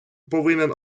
повинен